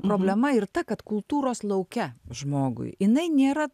problema ir ta kad kultūros lauke žmogui jinai nėra